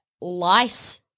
lice